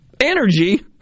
energy